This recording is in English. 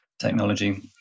technology